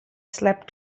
slept